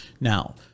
Now